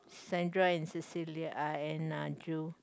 Sandra and Cecilia uh and uh Joo